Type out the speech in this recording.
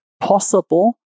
possible